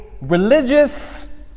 religious